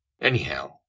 Anyhow